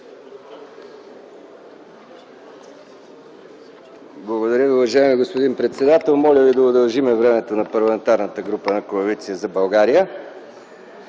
Благодаря Ви, уважаеми господин председател. Моля Ви да удължим времето на Парламентарната група на Коалиция за България.